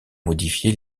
modifié